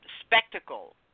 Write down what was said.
spectacle